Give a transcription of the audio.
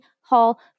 Hall